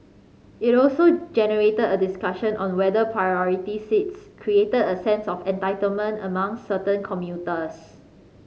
it also generated a discussion on whether priority seats created a sense of entitlement among certain commuters